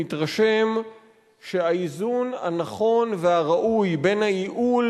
אני מתרשם שהאיזון הנכון והראוי בין הייעול